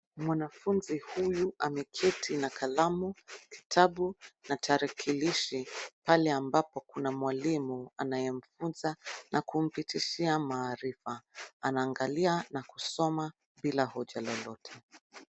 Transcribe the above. Mwanafunzi huyu ameketi na kalamu, kitabu na tarakilishi pale ambapo kuna mwalimu anayemfunza na kumpitishia maarifa. Anaangalia na kusoma bila hoja lolote.